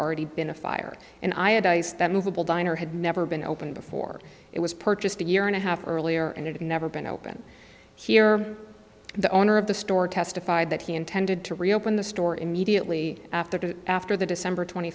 already been a fire and i had a movable diner had never been opened before it was purchased a year and a half earlier and had never been opened here and the owner of the store testified that he intended to reopen the store immediately after the after the december tw